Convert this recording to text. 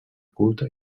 culte